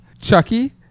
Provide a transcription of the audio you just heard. chucky